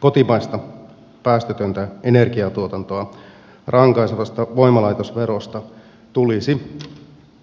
kotimaista päästötöntä energiantuotantoa rankaisevasta voimalaitosverosta tulisi